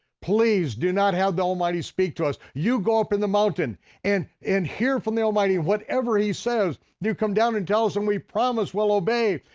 please do not have the almighty speak to us. you go up in the mountain and and hear from the almighty whatever he says, you come down and tell us, and we promise we'll obey,